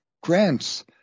grants